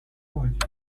mot